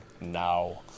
now